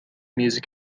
music